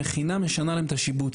המכינה משנה להם את השיבוץ.